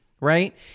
right